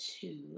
two